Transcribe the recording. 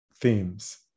Themes